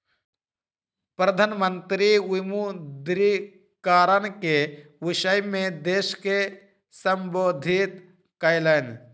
प्रधान मंत्री विमुद्रीकरण के विषय में देश के सम्बोधित कयलैन